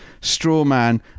Strawman